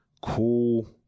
cool